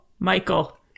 Michael